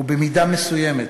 ובמידה מסוימת,